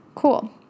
cool